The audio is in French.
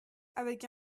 avec